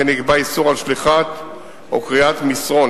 וכן נקבע איסור שליחת או קריאת מסרון,